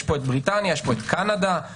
יש פה את בריטניה, את קנדה, קוריאה,